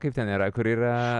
kaip ten yra kur yra